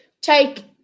take